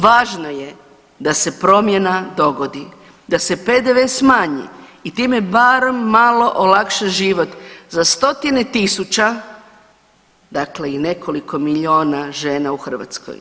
Važno je da se promjena dogodi, da se PDV smanji i time barem malo olakša život za 100-tine tisuća, dakle i nekoliko miliona žena u Hrvatskoj.